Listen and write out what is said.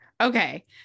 Okay